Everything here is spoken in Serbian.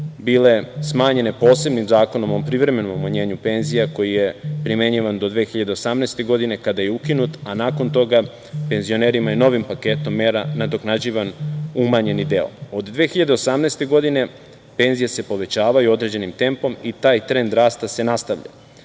bile smanjene posebnim zakonom o privremenom umanjenju penzija koji je primenjivan do 2018. godine, kada je ukinut, a nakon toga penzionerima je novim paketom mera nadoknađivan umanjeni deo. Od 2018. godine penzije se povećavaju određenim tempom i taj trend rasta se nastavlja.Za